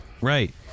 right